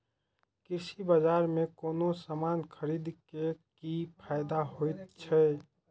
कृषि बाजार में कोनो सामान खरीदे के कि फायदा होयत छै?